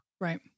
right